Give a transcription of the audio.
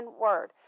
word